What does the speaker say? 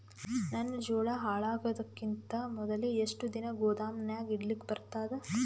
ನನ್ನ ಜೋಳಾ ಹಾಳಾಗದಕ್ಕಿಂತ ಮೊದಲೇ ಎಷ್ಟು ದಿನ ಗೊದಾಮನ್ಯಾಗ ಇಡಲಕ ಬರ್ತಾದ?